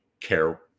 care